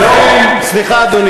ראשונה.